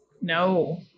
No